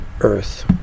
earth